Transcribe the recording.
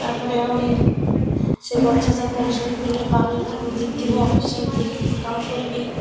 ତାପରେ ଆହୁରି ସେ ଗଛ ଯାକରେ ସବୁବେଳେ ପାଣି କେମିତି ଥିବ ସେମିତି କାମ କରିବି